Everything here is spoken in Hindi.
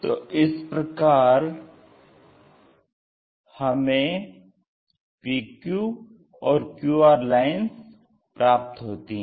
तो इस प्रकार हमें पर PQ और QR लाइन्स प्राप्त होती हैं